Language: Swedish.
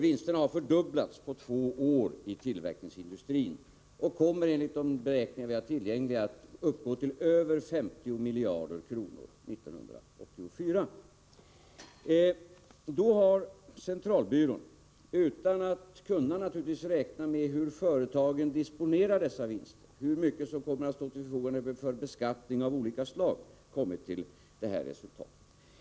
Vinsterna har fördubblats på två år i tillverkningsindustrin och kommer enligt de beräkningar vi har tillgängliga att uppgå till över 50 miljarder kronor 1984. Statistiska centralbyrån har — naturligtvis utan att kunna räkna med hur företagen disponerar dessa vinster, hur mycket som kommer att stå till förfogande för beskattning av olika slag — kommit till detta resultat.